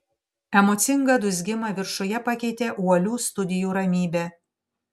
emocingą dūzgimą viršuje pakeitė uolių studijų ramybė